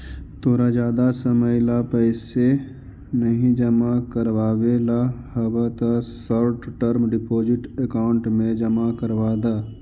तोरा जादा समय ला पैसे नहीं जमा करवावे ला हव त शॉर्ट टर्म डिपॉजिट अकाउंट में जमा करवा द